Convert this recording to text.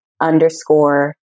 underscore